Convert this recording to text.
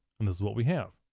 and this is what we have.